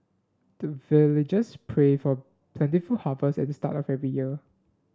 the villagers pray for plentiful harvest at the start of every year